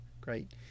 great